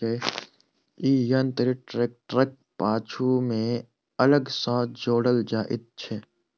ई यंत्र ट्रेक्टरक पाछू मे अलग सॅ जोड़ल जाइत छै